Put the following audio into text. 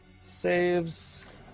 saves